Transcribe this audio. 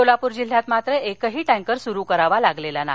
सोलापूर जिल्ह्यात मात्र एकही टँकर सुरु करावा लागलेला नाही